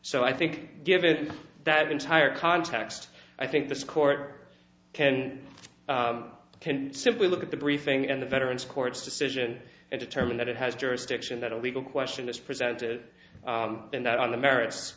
so i think given that entire context i think this court can simply look at the briefing and the veterans court's decision and determine that it has jurisdiction that a legal question is presented in that on the